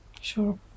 Sure